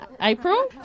April